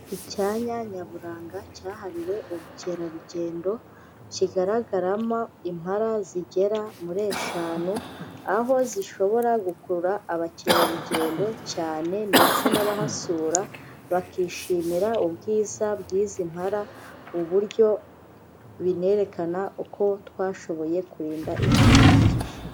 Icyanya nyaburanga cyahariwe ubukerarugendo kigaragaramo impala zigera muri eshanu, aho zishobora gukurura abakerarugendo cyane ndetse n'abahasura bakishimira ubwiza bw'izi mpala, uburyo binerekana uko twashoboye kurinda ibidukikije.